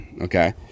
Okay